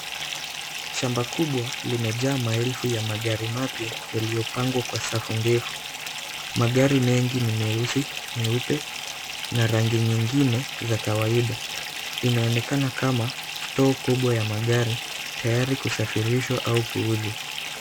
Shamba kubwa limejaa maelfu ya magari mapya yaliyopangwa kwa safu ndefu. Magari mengi ni meusi, meupe na rangi nyingine za kawaida. Inaonekana kama store kubwa ya magari tayari kusafirishwa au kuuzwa.